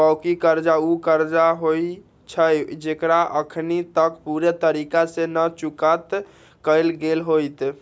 बाँकी कर्जा उ कर्जा होइ छइ जेकरा अखनी तक पूरे तरिका से न चुक्ता कएल गेल होइत